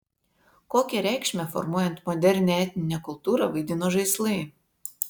kokią reikšmę formuojant modernią etninę kultūrą vaidino žaislai